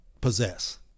possess